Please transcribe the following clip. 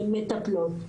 מטפלות.